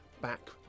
back